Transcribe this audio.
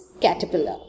caterpillar